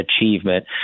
achievement